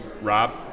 Rob